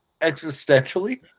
existentially